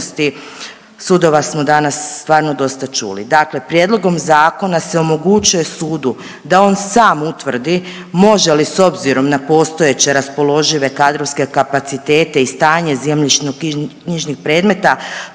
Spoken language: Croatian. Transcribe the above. sudova smo danas stvarno dosta čuli. Dakle, prijedlogom zakona se omogućuje sudu da on sam utvrdi može li s obzirom na postojeće raspoložive kadrovske kapacitete i stanje zemljišnoknjižnih predmeta